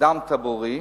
דם טבורי,